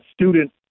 student